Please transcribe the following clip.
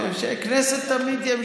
כנסת תמיד יש.